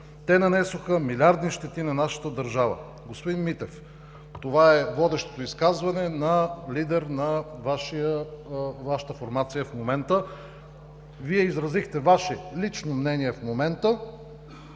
Те нанесоха милиардни щети на нашата държава.“ Господин Митев, това е водещото изказване на лидер на Вашата формация в момента. Вие изразихте Ваше лично мнение или това